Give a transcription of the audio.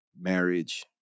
Marriage